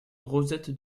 rosette